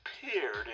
disappeared